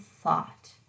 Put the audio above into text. thought